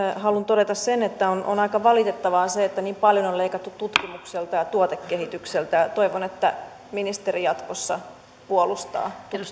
haluan todeta sen että on on aika valitettavaa se että niin paljon on leikattu tutkimukselta ja tuotekehitykseltä toivon että ministeri jatkossa puolustaa